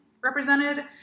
represented